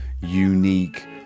unique